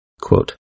Quote